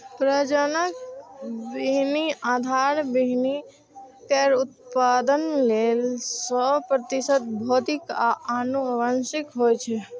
प्रजनक बीहनि आधार बीहनि केर उत्पादन लेल सय प्रतिशत भौतिक आ आनुवंशिक होइ छै